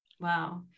Wow